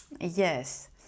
Yes